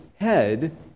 head